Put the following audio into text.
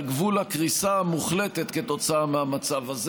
גבול הקריסה המוחלטת כתוצאה מהמצב הזה.